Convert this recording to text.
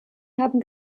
haben